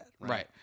Right